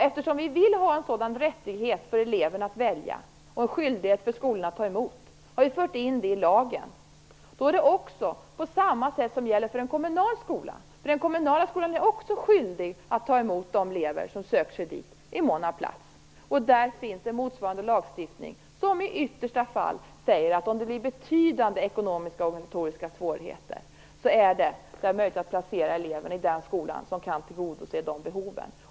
Eftersom vi vill ha en sådan rättighet för eleven att välja och en skyldighet för skolan att ta emot eleven, har vi fört in det i lagen. Det blir då på samma sätt som för en kommunal skola. Den kommunala skolan är också skyldig att ta emot de elever som söker sig dit i mån av plats. För den finns en motsvarande lagstiftning som i yttersta fall säger att om det blir betydande ekonomiska och organisatoriska svårigheter finns det en möjlighet att placera eleven i den skola som kan tillgodose de behoven.